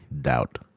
Doubt